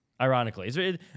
Ironically